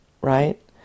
right